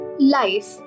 Life